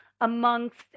amongst